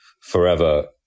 forever